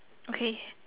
okay